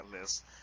list